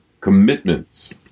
commitments